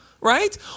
right